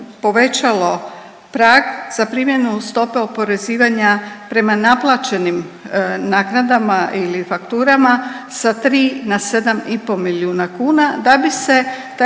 povećalo prag za primjenu stope oporezivanja prema naplaćenim naknadama ili fakturama sa 3 na 7,5 milijuna kuna, da bi se taj